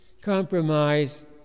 compromise